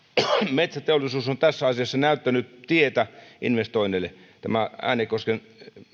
metsäteollisuus on tässä asiassa näyttänyt tietä investoinneille tämä äänekosken